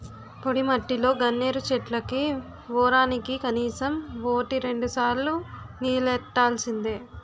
పొడిమట్టిలో గన్నేరు చెట్లకి వోరానికి కనీసం వోటి రెండుసార్లు నీల్లెట్టాల్సిందే